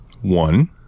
One